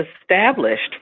established